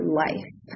life